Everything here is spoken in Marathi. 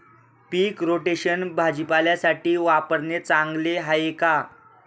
पीक रोटेशन भाजीपाल्यासाठी वापरणे चांगले आहे का?